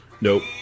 Nope